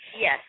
Yes